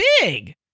big